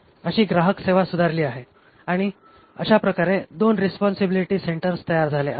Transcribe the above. अशी ग्राहकसेवा सुधारली आहे आणि अशा प्रकारे दोन रीस्पोन्सिबिलीटी सेन्टर्स तयार झाले आहेत